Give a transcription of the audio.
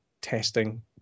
testing